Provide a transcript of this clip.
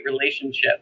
relationship